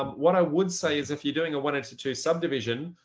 um what i would say is if you're doing a one into two subdivision,